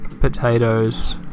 Potatoes